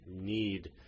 need